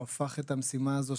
הוא הפך את המשימה הזו,